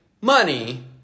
money